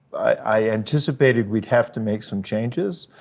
i anticipated we'd have to make some changes,